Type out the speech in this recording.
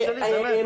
תשאלי באמת.